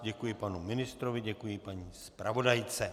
Děkuji panu ministrovi, děkuji paní zpravodajce.